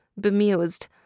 bemused